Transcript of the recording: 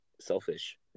selfish